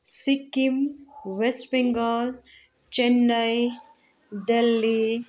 Sikkim west Bengal Chennai Delhi